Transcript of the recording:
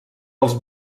als